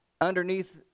underneath